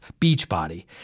Beachbody